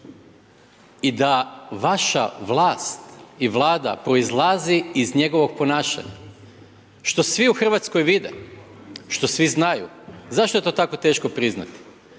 i da vaša vlast i Vlada proizlazi iz njegovog ponašanja što svi u Hrvatskoj vide, što svi znaju, zašto je to tako teško priznati?